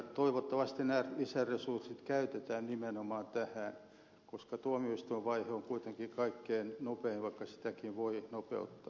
toivottavasti nämä lisäresurssit käytetään nimenomaan tähän koska tuomioistuinvaihe on kuitenkin kaikkein nopein vaikka sitäkin voi nopeuttaa